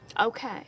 Okay